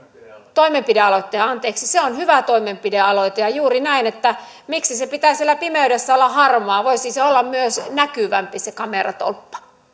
toimenpidealoitteen anteeksi se on hyvä toimenpidealoite juuri näin miksi sen pitää siellä pimeydessä olla harmaa voisihan olla myös näkyvämpi se kameratolppa arvoisa